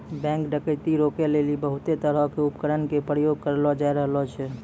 bank डकैती रोकै लेली बहुते तरहो के उपकरण के प्रयोग करलो जाय रहलो छै